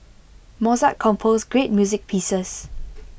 Mozart composed great music pieces